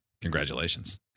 Congratulations